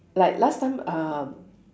like last time um